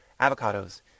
avocados